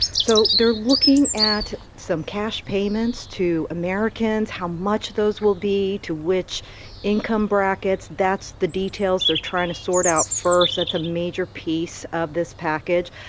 so they're looking at some cash payments to americans, how much of those will be to which income brackets. that's the details they're trying to sort out first. that's a major piece of this package.